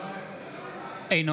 אינו